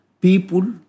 people